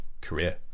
career